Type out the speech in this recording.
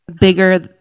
bigger